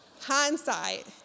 Hindsight